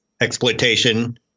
exploitation